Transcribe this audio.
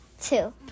Two